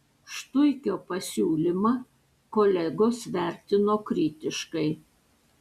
štuikio pasiūlymą kolegos vertino kritiškai